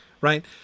right